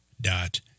dot